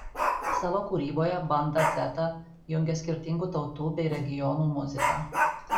savo kūryboje banda dzeta jungia skirtingų tautų bei regionų muziką